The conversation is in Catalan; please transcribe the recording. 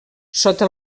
sota